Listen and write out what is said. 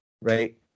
Right